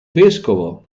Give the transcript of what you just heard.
vescovo